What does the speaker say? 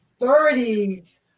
30s